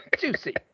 Juicy